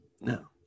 No